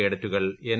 കേഡറ്റുകൾ N